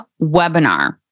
webinar